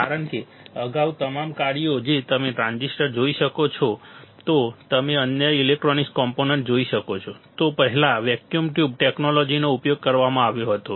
કારણ કે અગાઉ તમામ કાર્યો જો તમે ટ્રાન્ઝિસ્ટર જોઈ શકો છો તો જો તમે અન્ય ઇલેક્ટ્રોનિક કોમ્પોનન્ટ જોઈ શકો છો તો પહેલા વેક્યુમ ટ્યુબ ટેકનોલોજીનો ઉપયોગ કરવામાં આવ્યો હતો